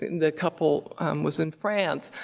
the couple was in france.